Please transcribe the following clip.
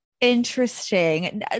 Interesting